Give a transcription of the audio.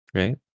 right